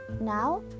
Now